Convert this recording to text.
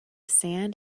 sand